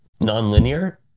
Non-linear